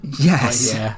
Yes